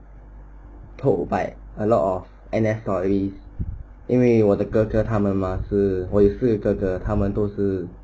told by a lot of N_S story 因为我的哥哥他们 mah 是我有四个哥哥他们都是